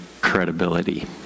Credibility